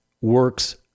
works